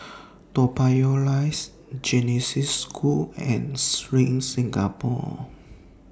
Toa Payoh Rise Genesis School and SPRING Singapore